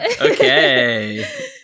okay